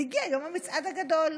והגיע יום המצעד הגדול.